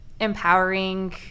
empowering